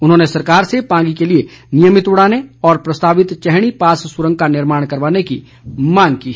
उन्होंने सरकार से पांगी के लिए नियभित उड़ाने और प्रस्तावित चैहणी पास सुरंग का निर्माण करवाने की मांग की है